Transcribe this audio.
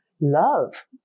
love